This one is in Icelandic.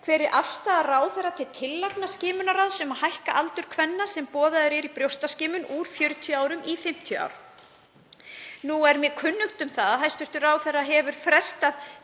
„Hver er afstaða ráðherra til tillagna skimunarráðs um að hækka aldur kvenna sem boðaðar eru í brjóstaskimun úr 40 árum í 50 ár?“ Nú er mér kunnugt um að hæstv. ráðherra hefur frestað